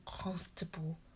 comfortable